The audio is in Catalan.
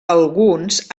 alguns